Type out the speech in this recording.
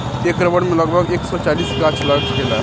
एक एकड़ में लगभग एक सौ चालीस गाछ लाग सकेला